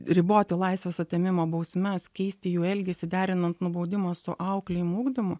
riboti laisvės atėmimo bausmes keisti jų elgesį derinant nubaudimo su auklėjamu ugdymu